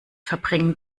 verbringen